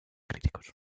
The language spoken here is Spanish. críticos